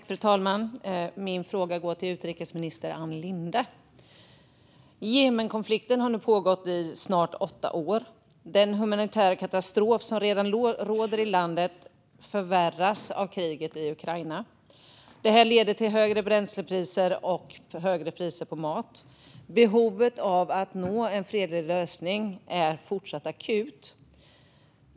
Fru talman! Min fråga går till utrikesminister Ann Linde. Jemenkonflikten har nu pågått i snart åtta år. Den humanitära katastrof som redan råder i landet förvärras av kriget i Ukraina. Detta leder till högre bränslepriser och högre priser på mat. Behovet av att nå en fredlig lösning är fortsatt akut.